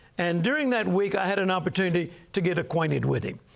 and during that week, i had an opportunity to get acquainted with him.